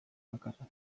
bakarra